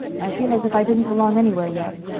i feel as if i didn't belong anywhere yet.